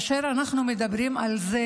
אנחנו מדברים על זה